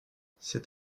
cet